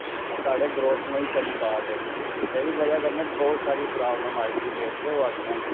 साढ़े ग्रोथ नेईं करी पा दे ते एह्दी बजह् कन्नै बौह्त सारी प्राब्लम आई दी अज्ज दी डेट च होआ दियां न